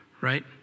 Right